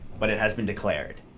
but it has been declared.